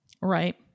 Right